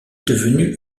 devenue